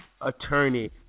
attorney